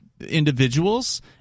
individuals